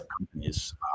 companies